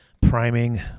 priming